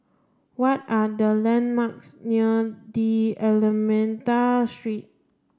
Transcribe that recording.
what are the landmarks near D'almeida Street